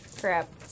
Crap